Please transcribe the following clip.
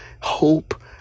hope